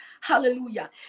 Hallelujah